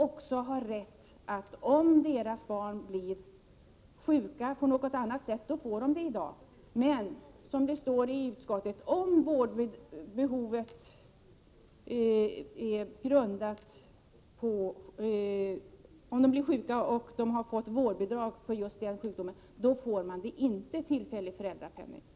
Om barnet blir sjukt på något annat sätt får man bidrag i dag, men som det står i utskottsbetänkandet: Om barnet har blivit sjukt och fått vårdnadsbidrag för just ifrågavarande sjukdom, utgår inte tillfällig föräldrapenning.